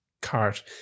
cart